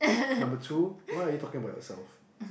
number two why are you talking about yourself